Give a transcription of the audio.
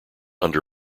under